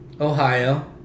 Ohio